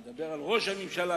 אני מדבר על ראש הממשלה,